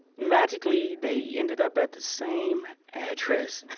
magically, they ended up at the same address.